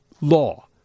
law